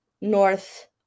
north